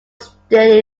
sturdy